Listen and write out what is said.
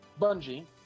bungie